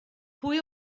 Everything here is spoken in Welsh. pwy